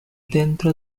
dentro